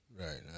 Right